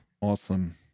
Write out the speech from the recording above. Awesome